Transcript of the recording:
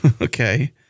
Okay